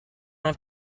una